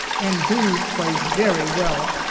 and doos plays very well.